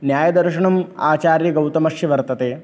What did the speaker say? न्यायदर्शनम् आचार्यगौतमस्य वर्तते